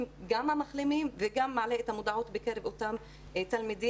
גם את המחלימים וגם מעלה את המודעות בקרב אותם תלמידים.